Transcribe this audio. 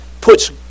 puts